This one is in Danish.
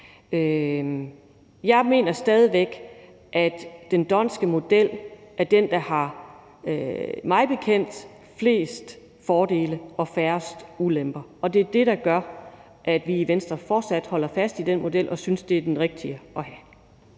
Jeg mener stadig væk, at den d'Hondtske model er den, der har, mig bekendt, flest fordele og færrest ulemper, og det er det, der gør, at vi i Venstre fortsat holder fast i den model og synes, at det er den rigtige at have.